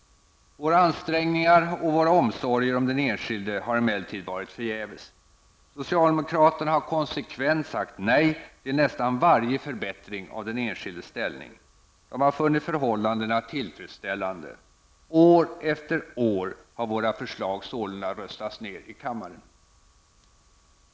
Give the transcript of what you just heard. Våra ansträngningar och våra omsorger om den enskilde har emellertid varit förgäves. Socialdemokraterna har konsekvent sagt nej till nästan varje förbättring av den enskildes ställning. De har funnit förhållandena tillfredsställande. År efter år har våra förslag sålunda röstats ned i kammaren.